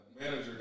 manager